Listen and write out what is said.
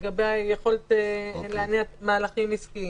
לגבי היכולת להניע מהלכים עסקיים.